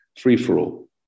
free-for-all